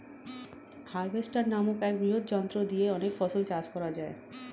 harvester নামক এক বৃহৎ যন্ত্র দিয়ে অনেক ফসল চাষ করা যায়